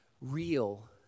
real